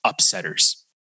upsetters